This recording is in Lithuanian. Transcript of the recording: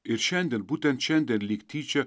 ir šiandien būtent šiandien lyg tyčia